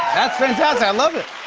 that's fantastic. i love it.